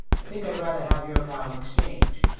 i think i'd rather have your cow in exchange,